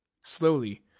Slowly